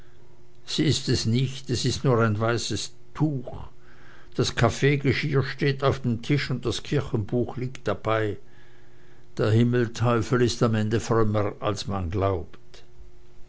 sie ist es nicht es ist nur ein weißes tuch das kaffeegeschirr steht auf dem tisch und das kirchenbuch liegt dabei der himmelteufel ist am ende frömmer als man glaubt